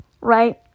Right